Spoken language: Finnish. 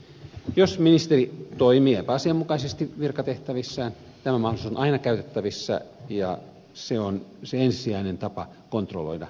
jos ministeri toimii epäasianmukaisesti virkatehtävissään tämä mahdollisuus on aina käytettävissä ja se on se ensisijainen tapa kontrolloida ministeriä